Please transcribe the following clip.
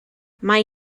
mae